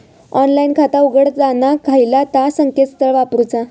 Online खाता उघडताना खयला ता संकेतस्थळ वापरूचा?